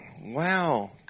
Wow